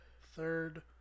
Third